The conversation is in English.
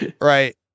right